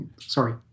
Sorry